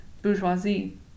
bourgeoisie